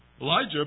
Elijah